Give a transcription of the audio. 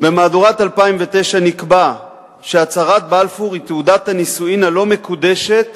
במהדורת 2009 נקבע ש"הצהרת בלפור היא תעודת הנישואין הלא-מקודשת